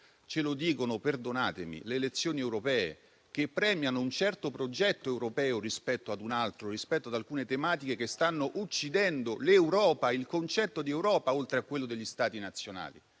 Ce lo dicono - perdonatemi - le elezioni europee, che premiano un certo progetto europeo rispetto ad un altro, rispetto ad alcune tematiche che stanno uccidendo il concetto di Europa, oltre a quello degli Stati nazionali.